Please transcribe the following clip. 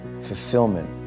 fulfillment